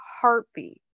heartbeat